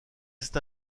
cette